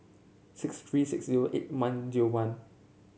six three six zero eight one zero one